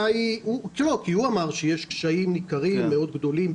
הוא אמר שיש קשיים ניכרים מאוד גדולים,